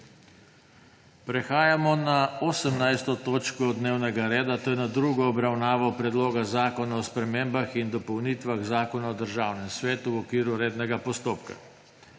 Prehajamo na16. točko dnevnega reda, to je na drugo obravnavo Predloga zakona o spremembah in dopolnitvah Zakona o agrarnih skupnostih v okviru rednega postopka.